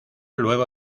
luego